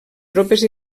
tropes